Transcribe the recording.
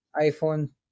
iPhone